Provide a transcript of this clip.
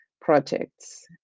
projects